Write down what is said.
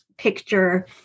picture